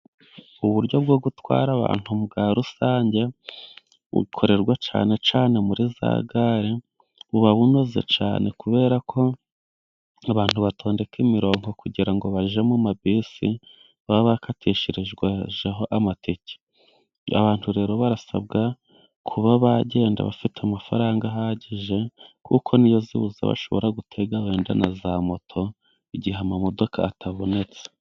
Uburyo bwo gutwara abantu bwa rusange bukorerwa cyane cyane muri za gare buba bunoze cyane, kuberako abantu batondeka imirongo kugira ngo bajye mu mabisi baba bakatesherejeho amatike .Abantu rero barasabwa kuba bagenda bafite amafaranga ahagije ,kuko niyo zibuze bashobora gutega wenda na za moto igihe amamodoka atabonetse.